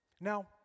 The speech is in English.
Now